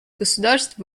государств